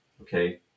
Okay